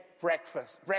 breakfast